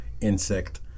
insect